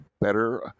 better